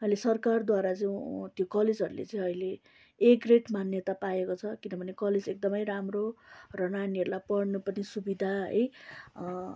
अहिले सरकारद्वारा चाहिँ त्यो कलेजहरूले चाहिँ अहिले ए ग्रेड मान्यता पाएको छ किनभने कलेज एकदमै राम्रो र नानीहरूलाई पढ्नु पनि सुविधा है